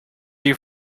you